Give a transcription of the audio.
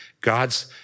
God's